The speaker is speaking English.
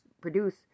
produce